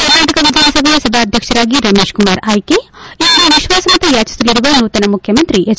ಕರ್ನಾಟಕ ವಿಧಾನಸಭೆಯ ಸಭಾಧ್ಯಕ್ಷರಾಗಿ ರಮೇಶ್ ಕುಮಾರ್ ಆಯ್ಲೆ ಇಂದು ವಿಶ್ವಾಸಮತ ಯಾಚಿಸಲಿರುವ ನೂತನ ಮುಖ್ಯಮಂತ್ರಿ ಎಚ್